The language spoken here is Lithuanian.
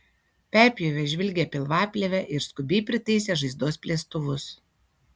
perpjovė žvilgią pilvaplėvę ir skubiai pritaisė žaizdos plėstuvus